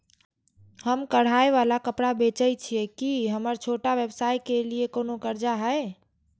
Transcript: हम कढ़ाई वाला कपड़ा बेचय छिये, की हमर छोटा व्यवसाय के लिये कोनो कर्जा है?